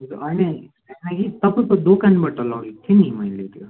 त्यो त होइन होइन होइन कि तपाईँको दोकानबाट लगेको थिएँ नि मैले त्यो